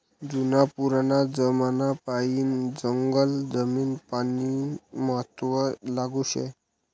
जुना पुराना जमानापायीन जंगल जमीन पानीनं महत्व लागू शे